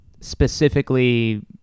specifically